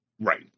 right